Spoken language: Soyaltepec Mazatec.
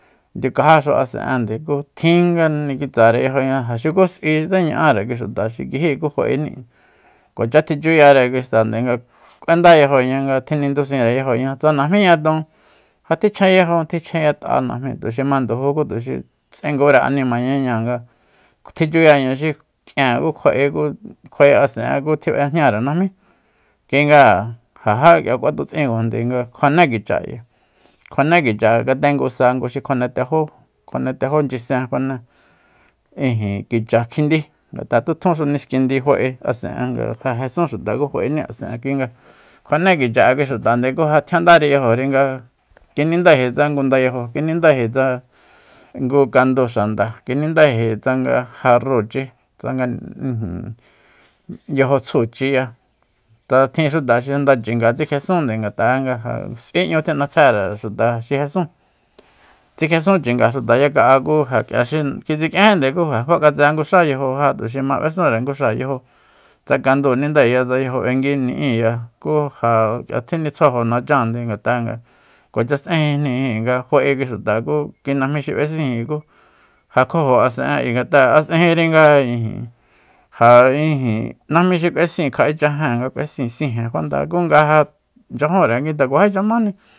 Ndiu kajáxu asen'e ku tjin ga nikitsare yajóoña ja xuku s'uitse ña'are kui xuta xi kijí ku fa'eni kuacha tjichuyare kui xta nde nga k'uenda yajoña nga tjinindusinre yajoñá ja tsa najmíña ton ja tichjenyajun tichjenyat'a najmi tuxi manduju ku tuxi s'engure animañañáa nga tjichuyaña xi k'ien ku kjua'e ku kjua'e asen'e ku tjib'ejñare najmí kui nga ja ja k'ia kuatutsikuajande nga ja kjuané kicha ayi kjuané kicha katengusa ngu xi kjuanetejó kjuanetejó nchyisen fane ijin kicha kjindi ngat'a tutjunxu niskindi fa'e asen'e nga ja jesun xuta ku fa'ení asen'e kui nga kjuane kicha'e kui xutande ja tjian dari yajori nga kinindae tsa ngu ndayajo kinundae tsa ngu kandu xanda kinindaeji tsanga jarrúuchi tsanga ijin yajo tsjuchiya tjin xuta xi janda chinga tsikjesunde ngat'a ja nga s'ui 'ñu tjin'atsjere xuta xi jesun tsikjesun chinga xuta yaka'a k'ia xi tsik'ienjí ku ja k'ia fa k'atse nguxa yajoja tuxi ma b'esunre nguxa yajo tsa kandúu nindaeya tsa yajob'engui ni'íiya ku ja tjinitsjuajo nacháannde ngat'a kuacha s'ejinjnijin nga fa'e kui xuta ku kui najmí xi b'ejníji ku ja kjuajo asen'e ngat'a a s'ejinri nga ijin ja ijin najmí xi b'esíin kja'echa jéen nga k'uesíiji sijen fanda ku nga ja nchyajúnre nguite kuajícha máni